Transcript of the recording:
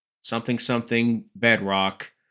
something-something-bedrock